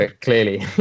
clearly